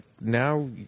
now